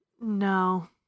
No